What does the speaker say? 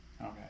okay